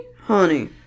honey